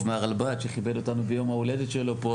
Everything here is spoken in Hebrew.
מהרלב"ד שכיבד אותנו ביום ההולדת שלו פה,